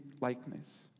likeness